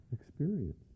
experience